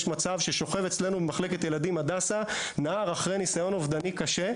יש מצב ששוכב אצלנו במחלקת ילדים הדסה נער אחרי ניסיון אובדני קשה,